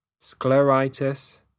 scleritis